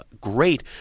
great